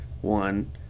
one